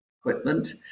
equipment